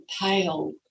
pale